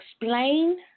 explain